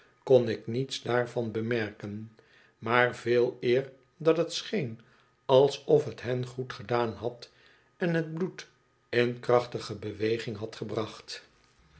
kon ik niets daarvan bemerken maar veeleer dat het scheen alsof het hen goed gedaan had en het bloed in krachtige beweging had gebracht